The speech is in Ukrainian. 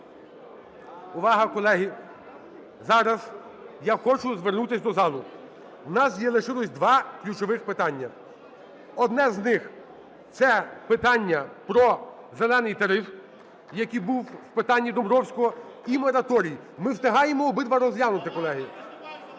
увага, колеги! Зараз я хочу звернутися до залу. В нас є, лишилося два ключових питання. Одне з них – це питання про "зелений" тариф, який був в питанні Домбровського, і мораторій. Ми встигаємо обидва розглянути, колеги.